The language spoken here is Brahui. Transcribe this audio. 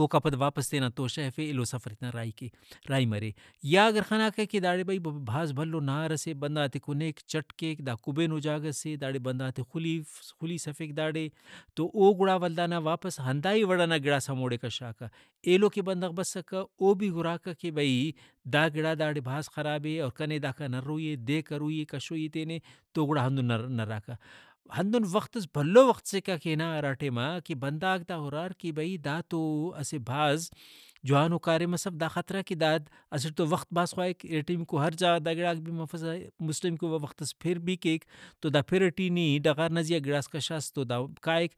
اوکا پد واپس تینا توشہ ئے ہرفے ایلو سفر تے راہی کے راہی مرے ۔یا اگر خناکہ کہ داڑے بھئی بھاز بھلو نہارسے بندغاتے کُنیک چٹ کیک دا کُبینو جاگہ سے داڑے بندغاتے خُلیف خُلیس ہرفک داڑے تو او گڑا ولدانا واپس ہنداہی وڑ ئنا گڑاس ہموڑے کشاکہ ایلو کہ بندغ بسکہ او بھی ہُراکہ کہ بھئی دا گڑا داڑے بھاز خرابے اور کنے داکا نروئی اے دے کروئی اے کشوئی اے تینے تو گڑا ہندن نراکہ۔ ہندن وختس بھلو وختسے کا کہ ہنا ہرا ٹائما کہ بندغاک تہ ہُرار کہ بھئی دا تو اسہ بھاز جوانو کاریمس اف دا خاطران کہ داد اسٹ تو وخت بھاز خواہک ارٹمیکو ہر جاگہ غا دا گڑاک بھی مفسہ مسٹمیکو وا وختس پِر بھی کیک تو دا پِر ٹی نی ڈغار نا زیہا گڑاس کشاس تو دا کائک